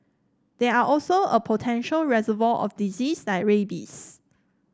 they are also a potential reservoir of disease like rabies